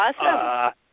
Awesome